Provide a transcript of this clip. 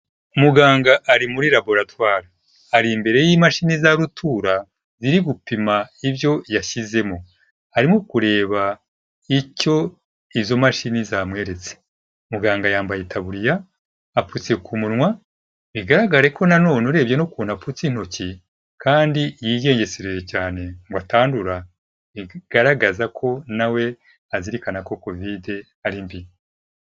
Muganga ari muri laboratoire ari imbere y'imashini za rutura ziri gupima ibyo yashyizemo harimo kureba icyo izo mashini zamweretse muganga yambaye taburiya apfutse ku munwa bigaragare ko nano urebye n'ukuntu apfutse intoki kandi yigengesereye cyane ngo atandura igaragaza ko nawe azirikana ko covid ari mbi